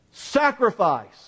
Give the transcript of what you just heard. Sacrifice